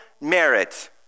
merit